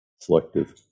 selective